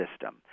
system